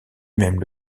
même